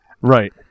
Right